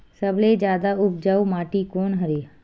सबले जादा उपजाऊ माटी कोन हरे?